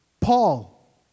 Paul